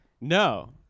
No